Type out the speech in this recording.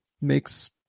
makes